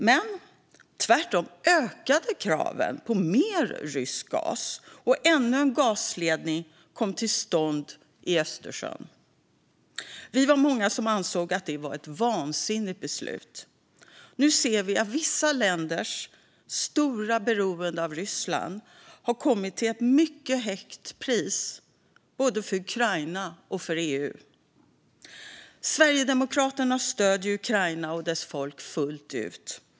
Men tvärtom ökade kraven på mer rysk gas, och ännu en gasledning kom till stånd i Östersjön. Vi var många som ansåg att det var ett vansinnigt beslut. Nu ser vi att vissa länders stora beroende av Ryssland har kommit till ett mycket högt pris, både för Ukraina och för EU. Sverigedemokraterna stöder Ukraina och dess folk fullt ut.